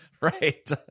right